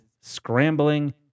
scrambling